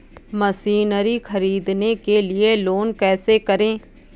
Machinery ख़रीदने के लिए लोन कैसे करें?